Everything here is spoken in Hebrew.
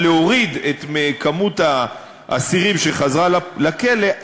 להוריד את מספר האסירים שחזרו לכלא,